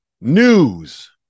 news